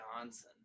Johnson